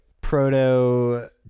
proto